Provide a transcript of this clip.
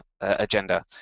Agenda